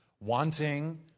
Wanting